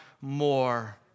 more